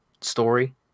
story